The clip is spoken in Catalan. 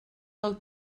del